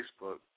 Facebook